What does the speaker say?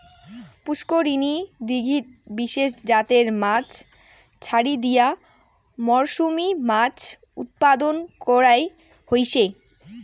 পুষ্করিনী, দীঘিত বিশেষ জাতের মাছ ছাড়ি দিয়া মরসুমী মাছ উৎপাদন করাং হসে